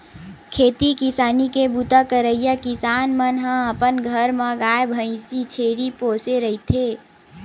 खेती किसानी के बूता करइया किसान मन ह अपन घर म गाय, भइसी, छेरी पोसे रहिथे